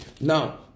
Now